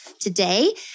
today